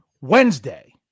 Wednesday